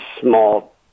small